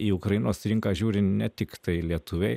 į ukrainos rinką žiūri ne tiktai lietuviai